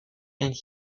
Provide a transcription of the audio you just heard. and